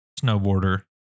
snowboarder